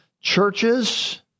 churches